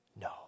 No